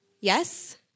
Yes